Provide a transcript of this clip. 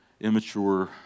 immature